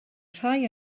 rhai